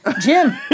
Jim